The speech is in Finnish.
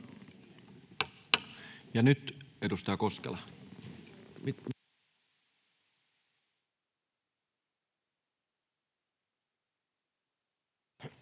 Ja nyt edustaja Koskela.